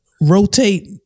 rotate